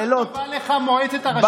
מה טובה לך מועצת הרשות השנייה?